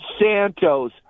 Santos